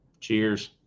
cheers